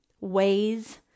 ways